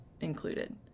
included